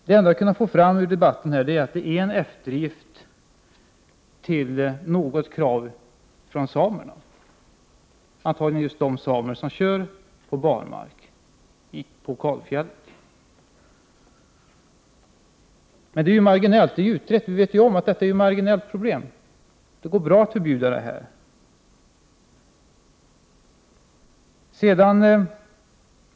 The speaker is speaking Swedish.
Det enda vi har kunnat få fram i debatten här är att det är fråga om en eftergift åt något krav från samerna, antagligen just från de samer som kör på barmark på kalfjället. Vi vet ju om att detta är ett marginellt problem — det är ju utrett. Det går bra att förbjuda sådan här körning.